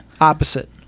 Opposite